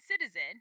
citizen